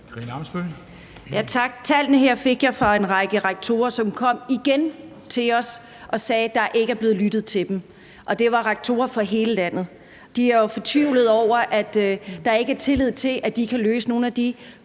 Tak. Tallene her fik jeg fra en række rektorer, som kom til os igen og sagde, at der ikke er blevet lyttet til dem. Det var rektorer fra hele landet. De er fortvivlede over, at der ikke er tillid til, at de kan løse nogle af de